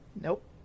Nope